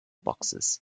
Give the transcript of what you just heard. boxes